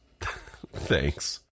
Thanks